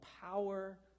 power